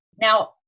Now